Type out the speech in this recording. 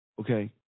okay